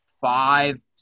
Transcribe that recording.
five